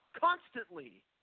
constantly